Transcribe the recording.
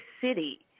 city